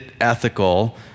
ethical